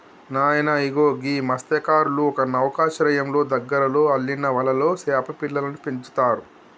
నాయన ఇగో గీ మస్త్యకారులు ఒక నౌకశ్రయంలో దగ్గరలో అల్లిన వలలో సేప పిల్లలను పెంచుతారు